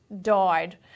died